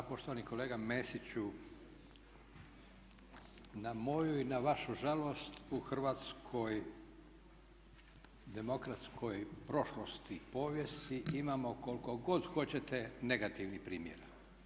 Poštovani kolega Mesiću, na moju i na vašu žalost u Hrvatskoj demokratskoj prošlosti i povijesti imamo koliko god hoćete negativnih primjera.